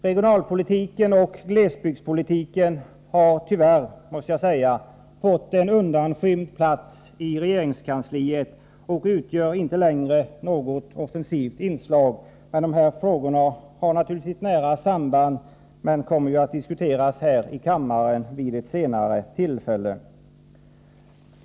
Regionalpolitiken och glesbygdspolitiken har — tyvärr, måste jag säga — fått en undanskymd plats i regeringskansliet och utgör inte längre något offensivt inslag. Regionalpolitiken har naturligtvis ett nära samband med arbetsmarknadspolitiken, men den kommer att diskuteras här i kammaren vid ett senare tillfälle.